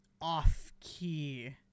off-key